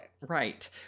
Right